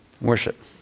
worship